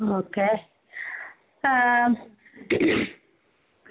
okay